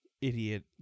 idiot